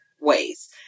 ways